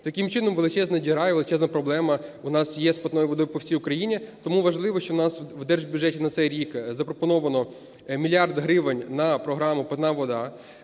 Таким чином, величезна діра і величезна проблема у нас є з питною водою по всій Україні. Тому важливо, що в нас в держбюджеті на це рік запропоновано мільярд гривень на програму "Питна вода"